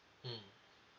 mmhmm